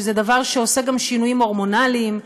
שזה דבר שעושה גם שינויים הורמונליים,